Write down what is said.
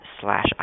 slash